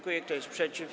Kto jest przeciw?